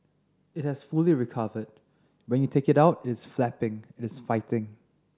it has fully recovered when you take it out it is flapping it is fighting